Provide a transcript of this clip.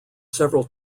several